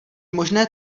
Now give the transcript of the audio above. možné